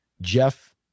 Jeff